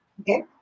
Okay